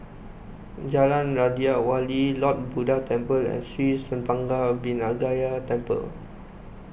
Jalan Raja Wali Lord Buddha Temple and Sri Senpaga Vinayagar Temple